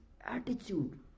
attitude